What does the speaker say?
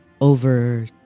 over